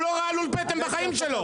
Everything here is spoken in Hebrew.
הוא לא ראה לול פטם בחיים שלו.